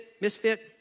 misfit